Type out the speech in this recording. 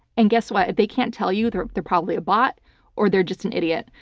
and guess what? if they can't tell you, they're they're probably a bot or they're just an idiot.